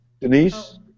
Denise